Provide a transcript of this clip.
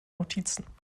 notizen